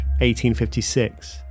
1856